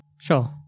Sure